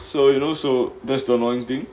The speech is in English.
so you know so that's the annoying thing